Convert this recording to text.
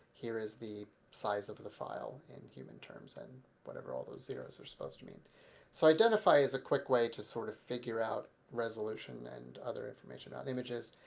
here is the size of the file in human terms and whatever all those zeroes are i mean so identify is a quick way to sort of figure out resolution and other information on images.